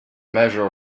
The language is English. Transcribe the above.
measure